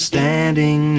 Standing